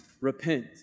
Repent